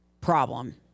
problem